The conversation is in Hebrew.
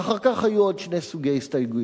ואחר כך היו עוד שני סוגי הסתייגויות: